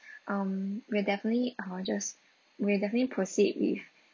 um we'll definitely I will just we'll definitely proceed with